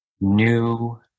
new